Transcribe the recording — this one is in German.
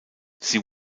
sie